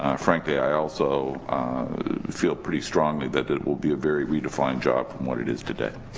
ah frankly i also feel pretty strongly that it will be a very redefined job from what it is today.